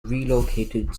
relocated